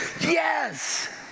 yes